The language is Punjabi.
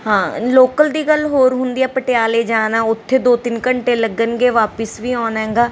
ਹਾਂ ਲੋਕਲ ਦੀ ਗੱਲ ਹੋਰ ਹੁੰਦੀ ਆ ਪਟਿਆਲੇ ਜਾਣਾ ਉਥੇ ਦੋ ਤਿੰਨ ਘੰਟੇ ਲੱਗਣਗੇ ਵਾਪਿਸ ਵੀ ਆਉਣਾਗਾ